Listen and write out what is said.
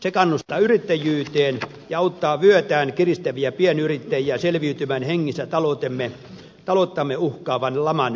se kannustaa yrittäjyyteen ja auttaa vyötään kiristäviä pienyrittäjiä selviytymään hengissä talouttamme uhkaavan laman ylitse